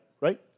Right